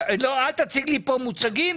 אל תציג לי כאן מוצגים.